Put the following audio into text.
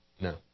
No